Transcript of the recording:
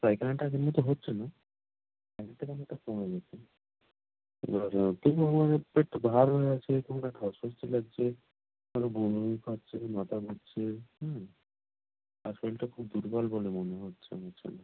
পায়খানাটা আগের মতো হচ্ছে না আগের থেকে অনেকটা কমে গিয়েছে এবারে তবুও মানে পেটটা ভার হয়ে আছে কেমন একটা অস্বস্তি লাগছে মানে বমি বমি পাচ্ছে মাথা ঘুরছে হুম আর শরীরটা খুব দুর্বল বলে মনে হচ্ছে আমার যেন